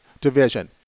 division